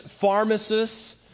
pharmacists